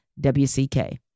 WCK